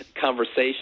conversation